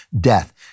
death